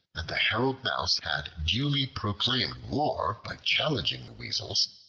and the herald mouse had duly proclaimed war by challenging the weasels,